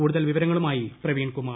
കൂടുതൽ വിവരങ്ങളുമായി പ്ലവീൺ കുമാർ